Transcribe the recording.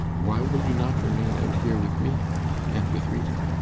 why will you not remain out here with me and with rita?